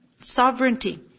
Sovereignty